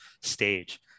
stage